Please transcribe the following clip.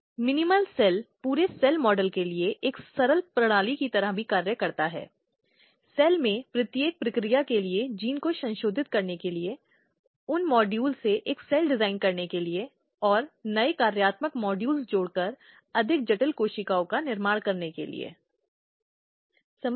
तो फिर लड़की और कई बार दूसरे व्यक्ति लड़के को भी मौत के घाट उतार दिया जाता है उसे निर्दयता से पीटा जाता है और देश के विभिन्न हिस्सों में ऐसे कई उदाहरण हैं जहां इस तरह की सम्मान हत्याएं हुई हैं